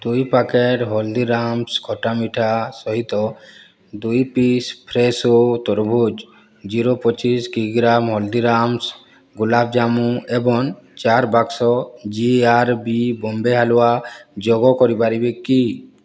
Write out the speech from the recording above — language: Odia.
ଦୁଇ ପ୍ୟାକେଟ୍ ହଳଦୀରାମସ୍ ଖଟା ମିଠା ସହିତ ଦୁଇ ପିସ୍ ଫ୍ରେସୋ ତରଭୁଜ ଜିରୋ ପଚିଶ କିଗ୍ରା ହଳଦୀରାମସ୍ ଗୁଲାବଜାମୁ ଏବଂ ଚାରି ବାକ୍ସ G R B Bombay halwa ଯୋଗ କରିପାରିବି କି